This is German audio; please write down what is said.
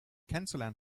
kennenzulernen